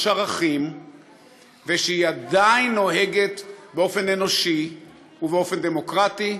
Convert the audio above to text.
ערכים ושהיא עדיין נוהגת באופן אנושי ובאופן דמוקרטי,